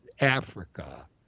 africa